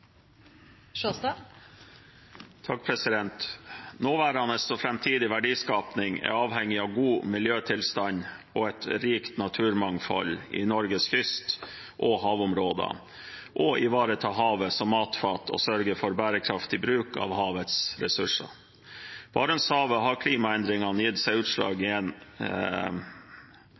avhengig av god miljøtilstand og et rikt naturmangfold i Norges kyst- og havområder og av å ivareta havet som matfat og sørge for bærekraftig bruk av havets ressurser. I Barentshavet har klimaendringene gitt seg utslag i en